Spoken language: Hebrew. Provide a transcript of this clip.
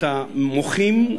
את המוחים,